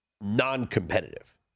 non-competitive